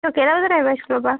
এয়া কেইটা বজাত আহিবা ইস্কুলৰ পৰা